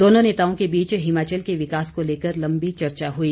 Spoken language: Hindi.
दोनों नेताओं के बीच हिमाचल के विकास को लेकर लंबी चर्चा हुई